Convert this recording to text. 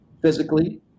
Physically